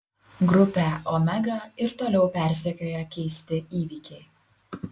grupę omega ir toliau persekioja keisti įvykiai